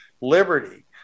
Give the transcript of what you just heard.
liberty